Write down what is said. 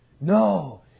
No